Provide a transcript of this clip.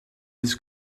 this